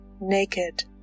Naked